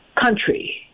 country